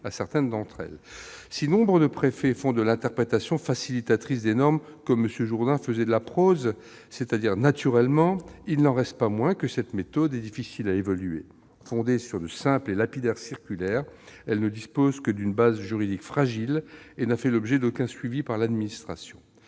à quelques-unes d'entre elles. Si nombre de préfets font de l'interprétation facilitatrice des normes, comme M. Jourdain faisait de la prose, c'est-à-dire naturellement, il n'en reste pas moins que cette méthode est difficile à évaluer. Fondée sur de simples et lapidaires circulaires, elle ne dispose que d'une base juridique fragile et n'a fait l'objet d'aucun suivi par l'administration.